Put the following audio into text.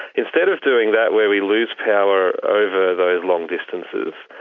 instead of doing that, where we lose power over those long distances,